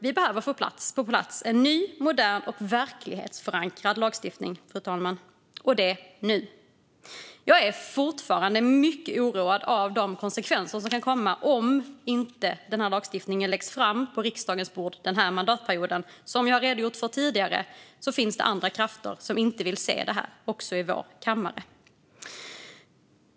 Vi behöver få på plats en ny, modern och verklighetsförankrad lagstiftning, fru talman, och det nu. Jag är fortfarande mycket oroad över de konsekvenser som kan komma om inte den här lagstiftningen läggs fram på riksdagens bord den här mandatperioden. Som jag har redogjort för tidigare finns det krafter som inte vill se det här, även i vår kammare.